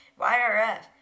YRF